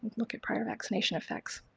look at prior vaccination affects.